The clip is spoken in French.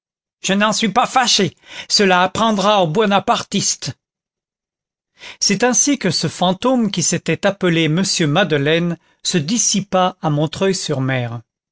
je n'en suis pas fâchée cela apprendra aux buonapartistes c'est ainsi que ce fantôme qui s'était appelé m madeleine se dissipa à montreuil sur mer